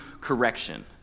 correction